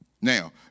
Now